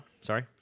Sorry